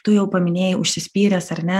tu jau paminėjai užsispyręs ar ne